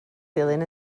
dilyn